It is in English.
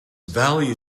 value